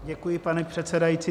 Děkuji, pane předsedající.